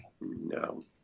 No